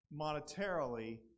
monetarily